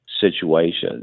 situations